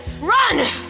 Run